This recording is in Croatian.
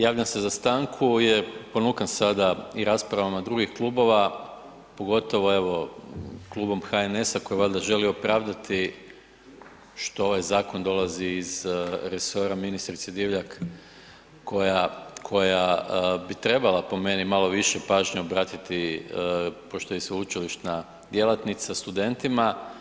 Javljam se za stanku jer ponukan sada i raspravama drugih klubova, pogotovo evo klubom HNS-a koji valjda želi opravdati što ovaj zakon dolazi iz resora ministrice Divjak koja bi trebala po meni malo više pažnje obratiti, pošto je sveučilišna djelatnica studentima.